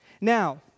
Now